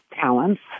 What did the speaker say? talents